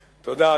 תודה.